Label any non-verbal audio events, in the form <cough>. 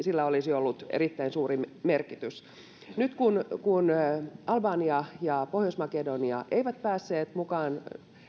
<unintelligible> sillä olisi ollut erittäin suuri merkitys nyt albania ja pohjois makedonia eivät päässeet mukaan